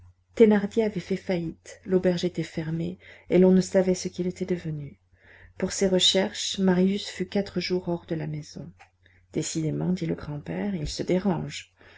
thénardier avait fait faillite l'auberge était fermée et l'on ne savait ce qu'il était devenu pour ces recherches marius fut quatre jours hors de la maison décidément dit le grand-père il se dérange